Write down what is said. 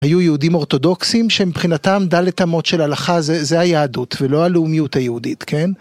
היו יהודים אורתודוקסים שהם מבחינתם דלת אמות של הלכה זה היהדות ולא הלאומיות היהודית כן.